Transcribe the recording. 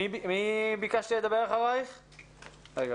רון